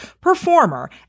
performer